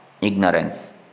ignorance